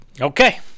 okay